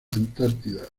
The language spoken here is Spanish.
antártida